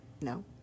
No